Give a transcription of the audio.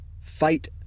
fight